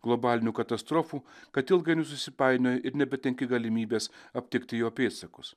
globalinių katastrofų kad ilgainiui susipainioji ir nebetenki galimybės aptikti jo pėdsakus